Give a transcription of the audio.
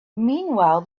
meanwhile